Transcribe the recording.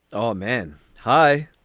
oh man hi.